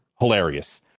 hilarious